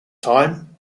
time